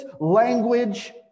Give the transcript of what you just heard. language